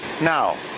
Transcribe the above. Now